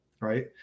right